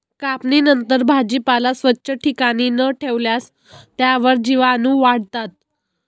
कापणीनंतर भाजीपाला स्वच्छ ठिकाणी न ठेवल्यास त्यावर जीवाणूवाढतात